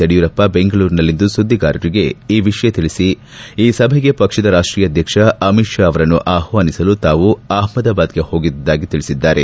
ಯಡಿಯೂರಪ್ಪ ಬೆಂಗಳೂರಿನಲ್ಲಿಂದು ಸುದ್ದಿಗಾರರಿಗೆ ಈ ವಿಷಯ ತಿಳಿಸಿ ಈ ಸಭೆಗೆ ಪಕ್ಷದ ರಾಷ್ಷೀಯ ಅಧ್ಯಕ್ಷ ಅಮಿತ್ ಷಾ ಅವರನ್ನು ಆಹ್ನಾನಿಸಲು ತಾವು ಅಹಮದಾಬಾದ್ಗೆ ಹೋಗಿದ್ದುದಾಗಿ ತಿಳಿಸಿದರು